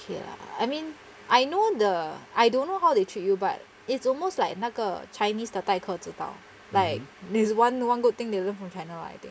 okay lah I mean I know the I don't know how they treat you but it's almost like 那个 chinese 的待客知道 like this one one good thing they learn from china lah I think